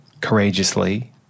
courageously